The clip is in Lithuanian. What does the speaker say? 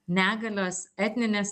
negalios etninės